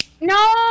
No